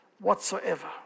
whatsoever